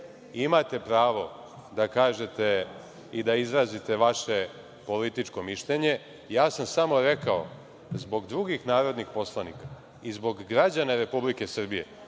imate pravo da kažete i da izrazite vaše političko mišljenje. Ja sam samo rekao zbog drugih narodnih poslanika i zbog građana Republike Srbije